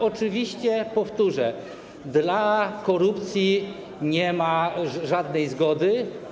Oczywiście, powtórzę, na korupcję nie ma żadnej zgody.